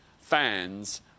fans